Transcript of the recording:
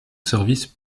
service